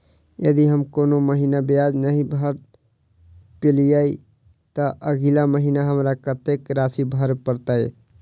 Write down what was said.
यदि हम कोनो महीना ब्याज नहि भर पेलीअइ, तऽ अगिला महीना हमरा कत्तेक राशि भर पड़तय?